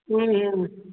हम्म हम्म